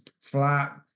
flat